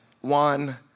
one